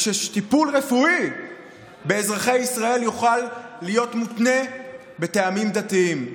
ושטיפול רפואי באזרחי ישראל יוכל להיות מותנה בטעמים דתיים.